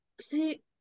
see